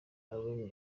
alain